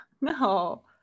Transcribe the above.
No